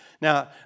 Now